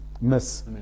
Miss